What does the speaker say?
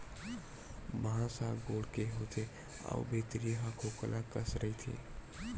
बांस ह गोल के होथे अउ भीतरी ह खोखला कस रहिथे